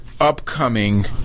upcoming